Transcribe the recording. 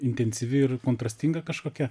intensyvi ir kontrastinga kažkokia